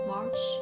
March